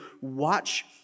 Watch